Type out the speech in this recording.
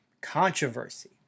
Controversy